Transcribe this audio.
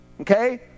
Okay